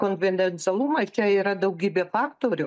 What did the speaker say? konfidencialumas čia yra daugybė faktorių